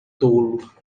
tolo